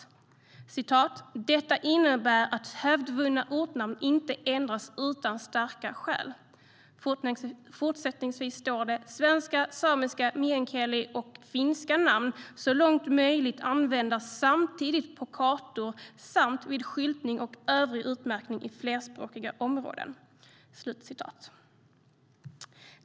Jag citerar: "Det innebär att hävdvunna ortnamn inte ändras utan starka skäl - namn på svenska, samiska, finska och meänkieli så långt möjligt används samtidigt på kartor samt vid skyltning och övrig utmärkning i flerspråkiga områden."